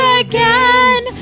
again